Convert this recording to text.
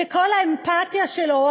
שכל האמפתיה שלו,